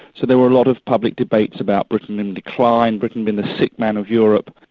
so there were a lot of public debates about britain in decline, britain being the sick man of europe,